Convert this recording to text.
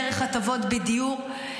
דרך הטבות בדיור,